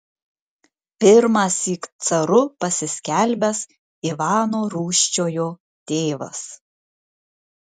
pirmąsyk caru pasiskelbęs ivano rūsčiojo tėvas